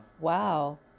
Wow